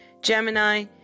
Gemini